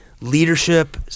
leadership